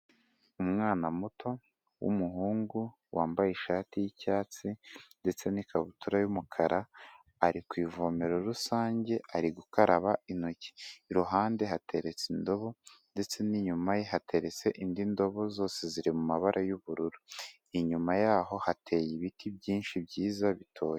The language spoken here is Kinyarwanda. Umwana muto w'umuhungu wambaye ishati y'icyatsi ndetse n'ikabutura y'umukara, ari ku ivomero rusange ari gukaraba intoki. Iruhande hateretse indobo ndetse n'inyuma ye hateretse indi ndobo zose ziri mu mabara y'ubururu. Inyuma yaho hateye ibiti byinshi byiza bitoshye.